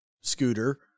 scooter